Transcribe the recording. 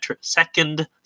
second